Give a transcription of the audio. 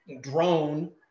drone